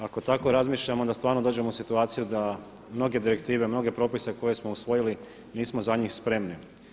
Ako tako razmišljam onda stvarno dođem u situaciju da mnoge direktive, mnoge propise koje smo usvojili nismo za njih spremni.